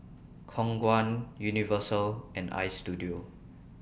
Khong Guan Universal and Istudio